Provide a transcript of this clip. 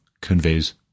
conveys